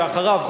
ואחריו,